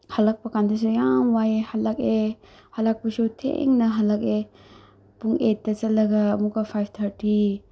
ꯍꯜꯂꯛꯄ ꯀꯥꯟꯗꯁꯨ ꯌꯥꯝ ꯋꯥꯏꯑꯦ ꯍꯜꯂꯛꯑꯦ ꯍꯜꯂꯛꯄꯁꯨ ꯊꯦꯡꯅ ꯍꯜꯂꯛꯑꯦ ꯄꯨꯡ ꯑꯦꯠꯇ ꯆꯠꯂꯒ ꯑꯃꯨꯛꯀ ꯐꯥꯏꯚ ꯊꯥꯔꯇꯤ